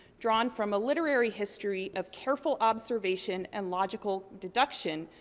drawn from a literary history of careful observation and logical deduction,